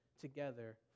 together